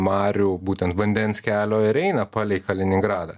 marių būtent vandens kelio ir eina palei kaliningradą